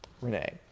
Renee